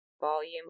volume